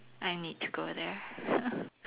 I need to go there